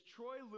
Troy